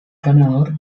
ganador